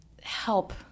help